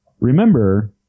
Remember